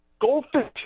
goldfish